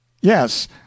Yes